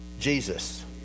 Jesus